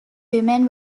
women